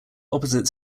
opposite